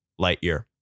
Lightyear